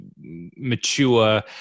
mature